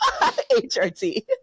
HRT